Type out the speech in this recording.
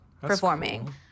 performing